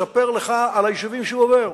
מספר לך על היישובים שהוא עובר.